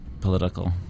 political